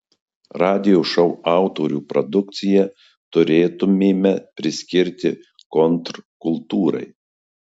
radijo šou autorių produkciją turėtumėme priskirti kontrkultūrai